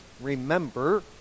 remember